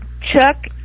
chuck